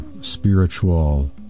spiritual